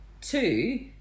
Two